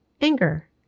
anger